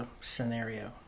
scenario